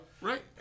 Right